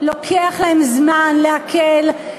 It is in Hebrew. לוקח להן זמן לעכל,